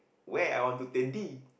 where I want to take D